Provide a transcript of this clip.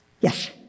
Yes